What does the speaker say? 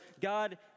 God